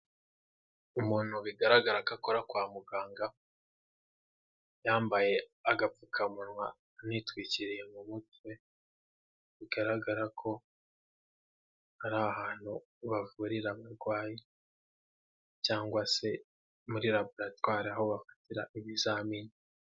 Umuntu bigaragara ko akora kwa muganga, yambaye agapfukamunwa yitwikiriye mu mutwe, bigaragara ko ari ahantu bavurira abarwayi cyangwa se muri raburatwari aho bafatira ibizamini.